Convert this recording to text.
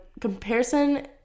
comparison